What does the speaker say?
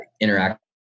interact